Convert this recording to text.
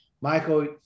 Michael